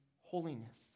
holiness